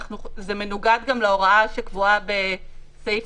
זה גם מנוגד להוראה שקבועה בסעיף